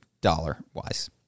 dollar-wise